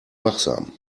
wachsam